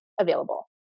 available